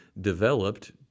developed